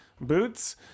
boots